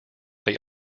they